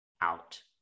out